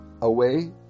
away